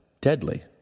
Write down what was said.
deadly